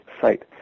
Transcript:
site